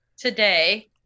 Today